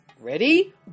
Ready